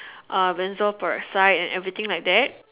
uh benzoyl peroxide and everything like that